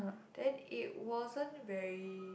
then it wasn't very